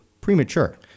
premature